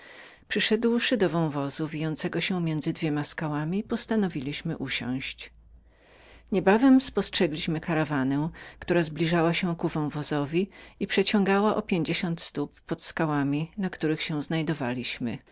przyszedłszy do wąwozu wijącego się między dwoma skałami postanowiliśmy usiąść niebawem spostrzegliśmy karawanę która zbliżała się ku wąwozowi i przeciągnęła o pięćdziesiąt stóp pod skałami na których się znajdowaliśmy